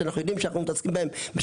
שאנחנו יודעים שאנחנו מתעסקים בהם הרבה,